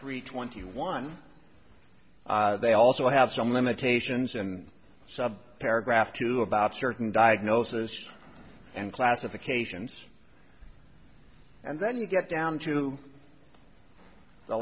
three twenty one they also have some limitations and so a paragraph or two about certain diagnosis and classifications and then you get down to the